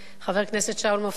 חבר הכנסת שאול מופז,